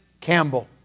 Campbell